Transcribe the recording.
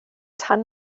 tan